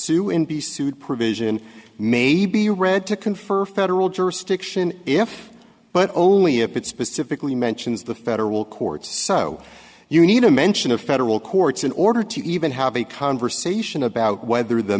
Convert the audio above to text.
sue in be sued provision may be read to confer federal jurisdiction if but only if it specifically mentions the federal courts so you need a mention of federal courts in order to even have a conversation about whether the